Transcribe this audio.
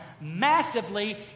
massively